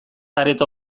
areto